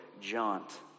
jaunt